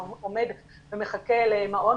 הוא עומד ומחכה למעון,